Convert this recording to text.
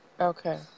Okay